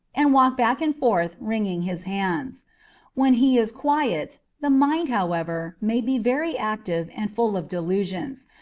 and walk back and forth wringing his hands when he is quiet, the mind, however, may be very active and full of delusions,